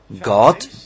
God